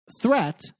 threat